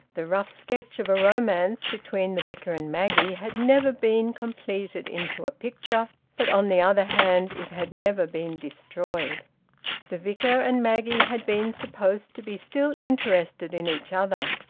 the rough sketch of a romance between the vicar and maggie had never been completed into a picture, but on the other hand it had never been destroyed the vicar and maggie had been supposed to be still interested in each other,